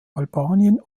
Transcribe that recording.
albanien